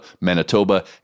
Manitoba